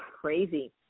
crazy